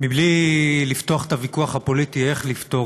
בלי לפתוח את הוויכוח הפוליטי איך לפתור